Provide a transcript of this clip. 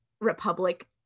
Republic